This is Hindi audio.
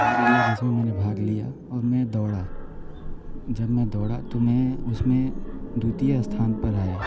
भाग लिया जिसमे मैंने भाग लिया और मैं दौड़ा जब मैं दौड़ा तो मैं उसमे द्वितीय स्थान पर आया